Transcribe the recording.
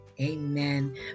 Amen